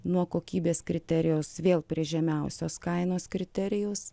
nuo kokybės kriterijaus vėl prie žemiausios kainos kriterijaus